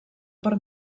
per